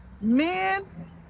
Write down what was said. Men